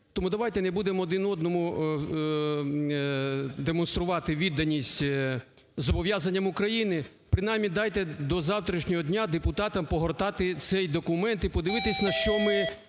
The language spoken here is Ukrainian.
Тому давайте не будемо один одному демонструвати відданість зобов'язання України, принаймні дайте до завтрашнього дня депутатам погортати цей документ і подивитися, на що ми